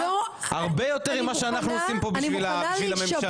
הרבה יותר ממה שאנחנו עושים פה בשביל הממשלה.